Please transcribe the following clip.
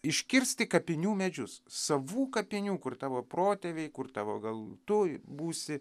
iškirsti kapinių medžius savų kapinių kur tavo protėviai kur tavo gal tu būsi